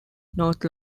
north